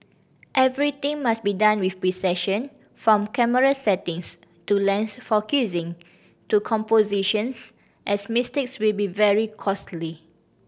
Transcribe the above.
everything must be done with precision from camera settings to lens focusing to compositions as mistakes will be very costly